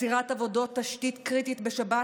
עצירת עבודות תשתית קריטית בשבת,